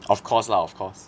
of course lah of course